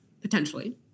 potentially